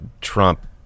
Trump